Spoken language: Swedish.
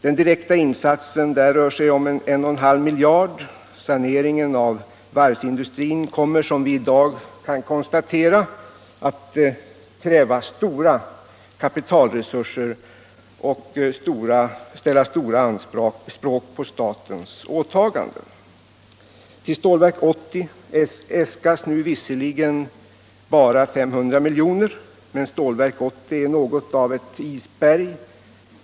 Den direkta insatsen rör sig om en och en halv miljard. Saneringen av varvsindustrin kommer som vi i dag kan konstatera att kräva stora kapitalresurser och ställa stora anspråk på statens åtaganden. Till Stålverk 80 äskas nu visserligen bara 500 milj.kr., men Stålverk 80 är det verkliga isberget.